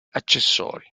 accessori